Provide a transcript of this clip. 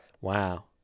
Wow